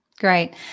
Great